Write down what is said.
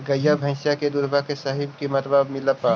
गईया भैसिया के दूधबा के सही किमतबा मिल पा?